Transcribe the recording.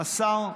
השר התורן.